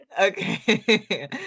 Okay